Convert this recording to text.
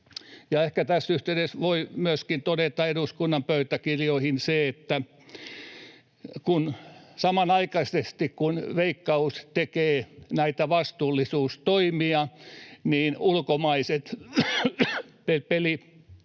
ehkä tässä yhteydessä voi myöskin todeta eduskunnan pöytäkirjoihin sen, että samanaikaisesti kun Veikkaus tekee näitä vastuullisuustoimia, ulkomaiset peliyhtiöt